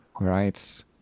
right